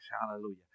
Hallelujah